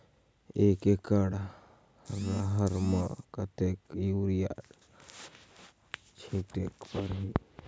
एक एकड रहर म कतेक युरिया छीटेक परही?